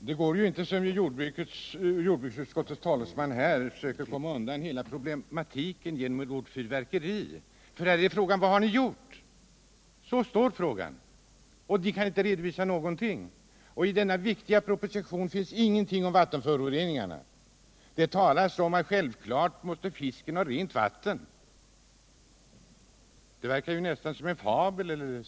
Herr talman! Jordbruksutskottets talesman försöker komma undan hela problematiken genom ett ordfyrverkeri. Frågan är: Vad har ni gjort? Så står frågan. Och ni kan inte redovisa någonting. I denna viktiga proposition finns ingenting om vattenföroreningarna. Det sägs att självfallet måste fisken ha rent vatten. Det verkar ju nästan som en saga.